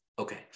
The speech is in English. Okay